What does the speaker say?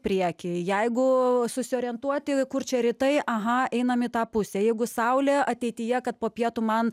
priekį jeigu susiorientuoti kur čia rytai aha einam į tą pusę jeigu saulė ateityje kad po pietų man